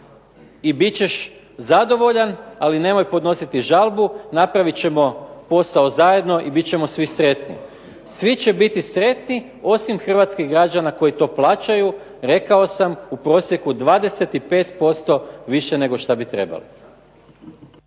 i bit ćeš zadovoljan, ali nemoj podnositi žalbu, napravit ćemo posao zajedno i bit ćemo svi sretni. Svi će biti sretni osim hrvatskih građana koji to plaćaju, rekao sam, u prosjeku 25% više nego šta bi trebali.